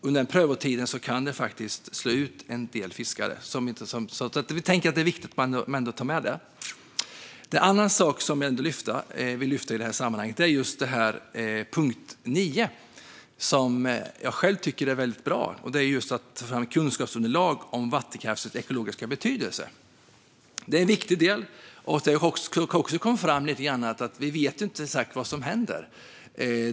Under den prövotiden kan faktiskt en del fiskare slås ut. Vi tänker att det ändå är viktigt att ta med det. En annan sak som jag vill lyfta fram i sammanhanget är punkt 9, som jag själv tycker är väldigt bra och som handlar om att ta fram kunskapsunderlag om vattenkraftens ekologiska betydelse. Det är en viktig del, och det har ju också kommit fram att vi inte vet exakt vad som händer.